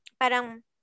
parang